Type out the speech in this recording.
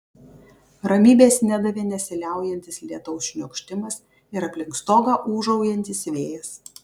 ramybės nedavė nesiliaujantis lietaus šniokštimas ir aplink stogą ūžaujantis vėjas